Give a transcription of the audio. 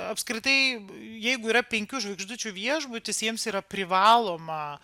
apskritai jeigu yra penkių žvaigždučių viešbutis jiems yra privaloma